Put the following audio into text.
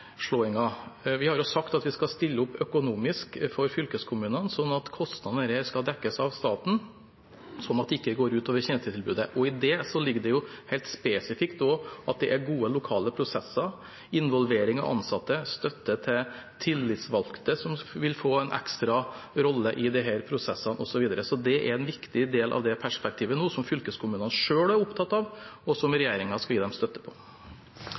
Vi har sagt at vi skal stille opp økonomisk for fylkeskommunene, slik at kostnadene ved dette skal dekkes av staten, slik at det ikke går ut over tjenestetilbudet. I det ligger det også, helt spesifikt, at det er gode lokale prosesser, involvering av ansatte, støtte til tillitsvalgte, som vil få en ekstra rolle i disse prosessene, osv. Så det er en viktig del av det perspektivet som fylkeskommunene nå selv er opptatt av, og som regjeringen skal gi dem støtte på.